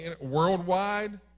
worldwide